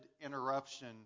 interruption